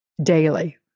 daily